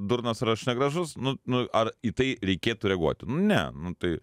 durnas ar aš negražus nu nu ar į tai reikėtų reaguoti nu ne nu tai